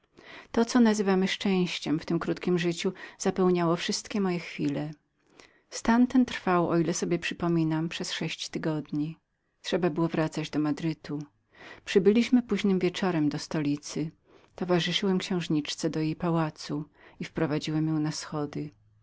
to co nazywamy szczęściem w tem krótkiem życiu zapełniało wszystkie moje chwile stan ten trwał o ile sobie przypominam przez sześć tygodni trzeba było wracać do madrytu przybyliśmy poźnym wieczorem do stolicy towarzyszyłem księżniczce do jej pałacu i wprowadziłem ją na wschody